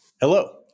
Hello